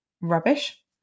rubbish